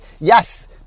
yes